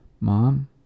Mom